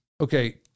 Okay